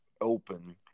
open